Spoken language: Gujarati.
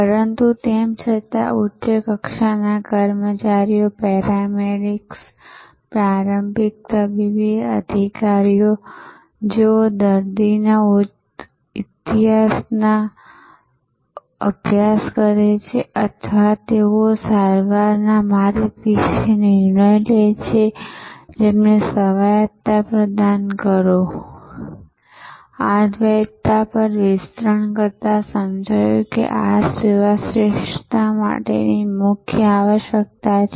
પરંતુ તેમ છતાં ઉચ્ચ કક્ષાના કર્મચારીઓ પેરામેડિક્સ પ્રારંભિક તબીબી અધિકારીઓ જેઓ દર્દીના ઇતિહાસનો અભ્યાસ કરે છે અથવા જેઓ સારવારના માર્ગ વિશે નિર્ણય લે છે તેમને સ્વાયત્તતા પ્રદાન કરો આ દ્વૈતતા પર વિસ્તરણ કરતા સમજાયું કે આ સેવા શ્રેષ્ઠતા માટેની મુખ્ય આવશ્યકતા છે